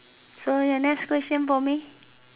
so your next question for me